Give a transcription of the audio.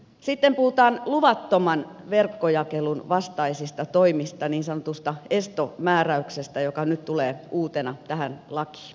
sitten puhutaan luvattoman verkkojakelun vastaisista toimista niin sanotusta estomääräyksestä joka nyt tulee uutena tähän lakiin